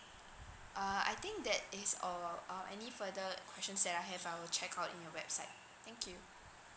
err I think that is all uh any further questions that I have I will check out in your website thank you